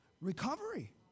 Recovery